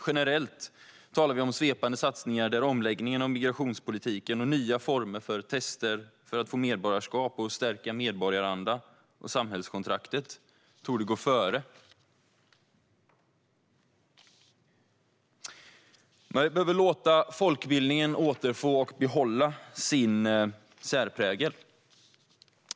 Generellt talar vi om svepande satsningar där omläggningen av migrationspolitiken och nya former för tester för att få medborgarskap och stärka medborgaranda och samhällskontraktet torde gå före. Vi behöver låta folkbildningen återfå och behålla sin särprägel.